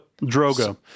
Drogo